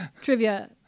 trivia